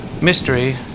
Mystery